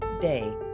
Day